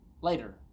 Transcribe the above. later